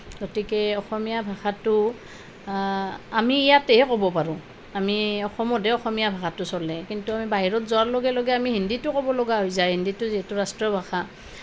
গতিকে অসমীয়া ভাষাটো আমি ইয়াতে ক'ব পাৰোঁ আমি অসমতহে অসমীয়া ভাষাটো চলে কিন্তু আমি বাহিৰত যোৱাৰ লগে লগে আমি হিন্দীটো ক'ব লগা হৈ যায় হিন্দীটো যিহেতু ৰাষ্ট্ৰ ভাষা